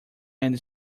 ending